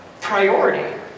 priority